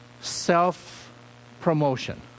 self-promotion